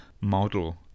model